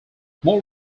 more